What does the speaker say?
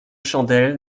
chandelles